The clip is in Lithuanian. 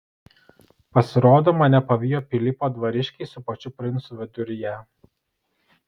pasirodo mane pavijo pilypo dvariškiai su pačiu princu viduryje